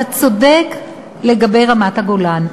אתה צודק לגבי רמת-הגולן.